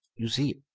you see,